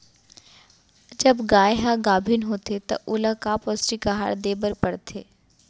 जब गाय ह गाभिन होथे त ओला का पौष्टिक आहार दे बर पढ़थे?